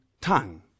tongue